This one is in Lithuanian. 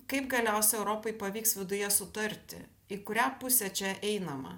kaip galiausiai europai pavyks viduje sutarti į kurią pusę čia einama